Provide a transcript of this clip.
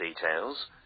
details